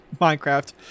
Minecraft